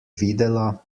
videla